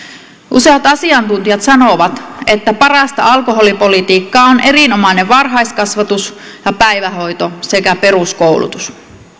useat asiantuntijat sanovat että parasta alkoholipolitiikkaa on erinomainen varhaiskasvatus ja päivähoito sekä peruskoulutus